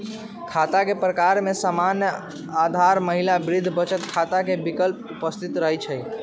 खता के प्रकार में सामान्य, आधार, महिला, वृद्धा बचत खता के विकल्प उपस्थित रहै छइ